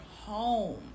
home